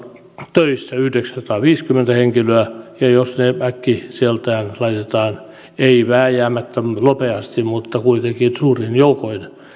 töissä yhdeksänsataaviisikymmentä henkilöä ja jos heidät äkkiseltään laitetaan ei vääjäämättä nopeasti mutta kuitenkin suurin joukoin